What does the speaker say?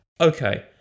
Okay